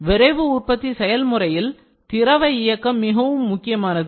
விரைவு உற்பத்தி செயல்முறையில் திரவ இயக்கம் மிகவும் முக்கியமானது